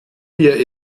wir